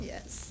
Yes